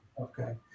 Okay